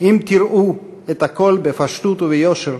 "אם תראו את הכול בפשטות וביושר,